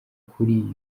kuri